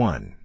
One